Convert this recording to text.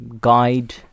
guide